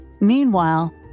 Meanwhile